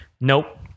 Nope